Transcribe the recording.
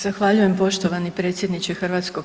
Zahvaljujem poštovani predsjedniče HS.